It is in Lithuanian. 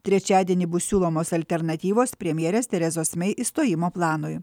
trečiadienį bus siūlomos alternatyvos premjerės terezos mei išstojimo planui